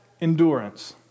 endurance